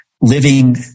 living